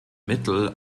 mittel